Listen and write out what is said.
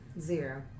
Zero